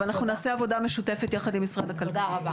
אבל אנחנו נעשה עבודה משותפת ביחד עם משרד הכלכלה.